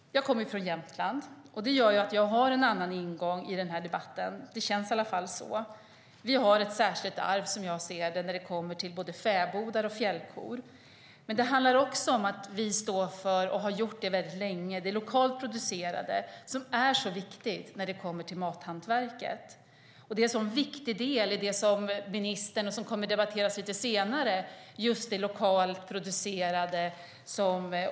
Jag kommer från Jämtland. Det gör att jag har en annan ingång i debatten. Det känns i alla fall så. Vi har ett särskilt arv när det gäller både fäbodar och fjällkor. Men det handlar också om att vi länge har stått och står för det lokalt producerade, som är så viktigt när det kommer till mathantverket. Det är en viktig del i det som kommer att debatteras lite senare i dag, nämligen det lokalt producerade.